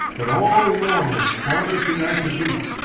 but all along as far as the eye could reach,